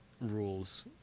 rules